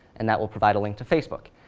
and that will provide a link to facebook.